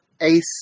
Ace